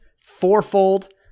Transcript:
fourfold